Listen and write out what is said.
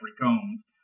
Combs